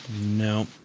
No